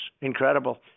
incredible